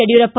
Yediyurappa